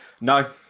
No